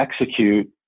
execute